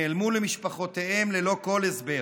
נעלמו למשפחותיהם ללא כל הסבר.